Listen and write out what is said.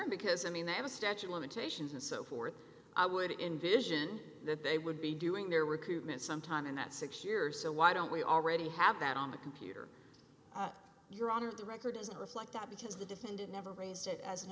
because i mean they have a statue of limitations and so forth i would envision that they would be doing their recruitment sometime in that six years so why don't we already have that on the computer your honor the record doesn't reflect that because the defendant never raised it as an